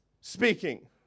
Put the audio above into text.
speaking